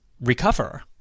recover